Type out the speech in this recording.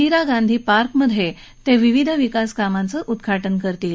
दिरा Gandhi park क्वे ते विविध विकास कामांचं उद्घाटन करतील